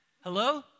Hello